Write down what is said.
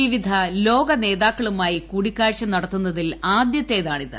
വിവിധ ലോകനേതാക്കളുമായി ്ക്ടിക്കാഴ്ച നടത്തുന്നതിൽ ആദ്യത്തേതാണിത്